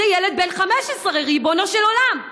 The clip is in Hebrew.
זה ילד בן 15, ריבונו של עולם.